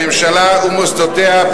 הממשלה ומוסדותיה,